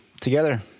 together